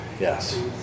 Yes